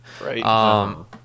right